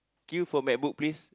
queue for MacBook please